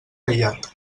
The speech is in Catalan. aïllat